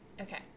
Okay